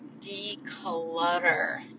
declutter